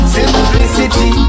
Simplicity